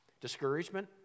discouragement